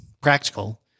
practical